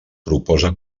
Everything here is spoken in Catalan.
proposa